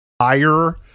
higher